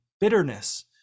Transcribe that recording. bitterness